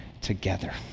together